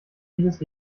jedes